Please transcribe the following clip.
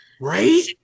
Right